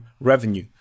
revenue